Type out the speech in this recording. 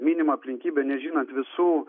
minimą aplinkybę nežinant visų